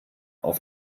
auf